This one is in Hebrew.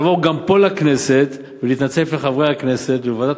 ולבוא גם פה לכנסת ולהתנצל בפני חברי הכנסת וועדת